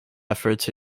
efforts